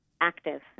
active